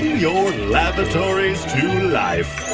your lavatories to life